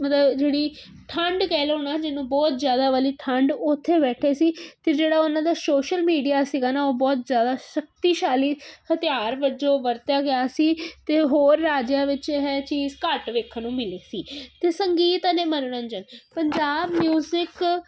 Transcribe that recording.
ਮਤਲਬ ਜਿਹੜੀ ਠੰਡ ਕਹਿ ਲਓ ਨਾ ਜਿਹਨੂੰ ਬਹੁਤ ਜ਼ਿਆਦਾ ਵਾਲੀ ਠੰਡ ਉੱਥੇ ਬੈਠੇ ਸੀ ਅਤੇ ਜਿਹੜਾ ਉਹਨਾਂ ਦਾ ਸੋਸ਼ਲ ਮੀਡੀਆ ਸੀਗਾ ਨਾ ਉਹ ਬਹੁਤ ਜ਼ਿਆਦਾ ਸ਼ਕਤੀਸ਼ਾਲੀ ਹਥਿਆਰ ਵਜੋਂ ਵਰਤਿਆ ਗਿਆ ਸੀ ਅਤੇ ਹੋਰ ਰਾਜਾਂ ਵਿੱਚ ਇਹ ਚੀਜ਼ ਘੱਟ ਵੇਖਣ ਨੂੰ ਮਿਲੀ ਸੀ ਤਾਂ ਸੰਗੀਤ ਅਤੇ ਮਨੋਰੰਜਨ ਪੰਜਾਬ ਮਿਊਜ਼ਿਕ